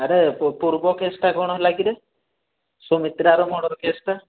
ଆରେ ପୂ ପୂର୍ବ କେସଟା କ'ଣ ହେଲା କିରେ ସୁମିତ୍ରାର ମର୍ଡ଼ର୍ କେସଟା